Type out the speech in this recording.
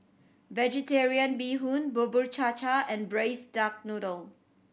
Vegetarian Bee Hoon Bubur Cha Cha and Braised Duck Noodle